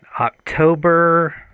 October